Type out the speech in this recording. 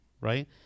right